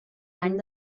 any